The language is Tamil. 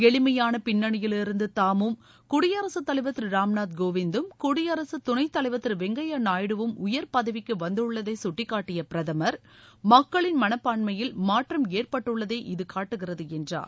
எளிமையான பின்னணியிலிருந்து தாமும் குடியரசுத் தலைவர் திரு ராம்நாத் கோவிந்தும் குயடிரசுத் துணைத் தலைவர் திரு வெங்கப்பா நாயுடுவும் உயர் பதவிக்கு வந்துள்ளதை கட்டிக்காட்டிய பிரதமா் மக்களின் மனப்பான்மையில் மாற்றம் ஏற்பட்டுள்ளதையே இது காட்டுகிறது என்றார்